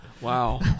Wow